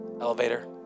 elevator